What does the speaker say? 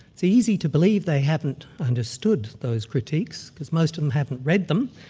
it's easy to believe they haven't understood those critiques, because most of them haven't read them,